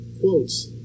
quotes